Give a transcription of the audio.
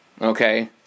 Okay